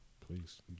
Please